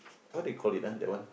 what they call it ah that one